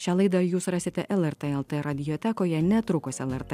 šią laidą jūs rasite lrt lt radiotekoje netrukus lrt